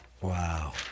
Wow